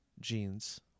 genes